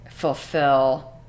fulfill